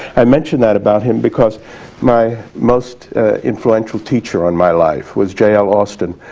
i mentioned that about him because my most influential teacher on my life was j l. austin,